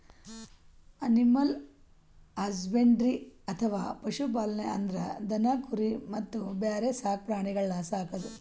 animal husbandry ಅಥವಾ ಪಶು ಪಾಲನೆ ಅಂದ್ರ ದನ ಕುರಿ ಮತ್ತ್ ಬ್ಯಾರೆ ಸಾಕ್ ಪ್ರಾಣಿಗಳನ್ನ್ ಸಾಕದು